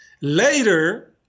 Later